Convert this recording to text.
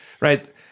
right